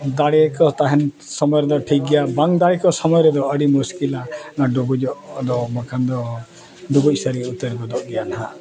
ᱫᱟᱲᱮ ᱠᱚ ᱛᱟᱦᱮᱱ ᱥᱚᱢᱚᱭ ᱨᱮᱫᱚ ᱴᱷᱤᱠ ᱜᱮᱭᱟ ᱵᱟᱝ ᱫᱟᱲᱮ ᱠᱚ ᱥᱚᱢᱚᱭ ᱨᱮᱫᱚ ᱟᱹᱰᱤ ᱢᱩᱥᱠᱤᱞᱼᱟ ᱚᱱᱟ ᱰᱩᱵᱩᱡᱚᱜ ᱫᱚ ᱵᱟᱠᱷᱟᱱ ᱫᱚ ᱰᱩᱵᱩᱡ ᱥᱟᱹᱨᱤ ᱩᱛᱟᱹᱨ ᱜᱚᱫᱚᱜ ᱜᱮᱭᱟ ᱱᱟᱜ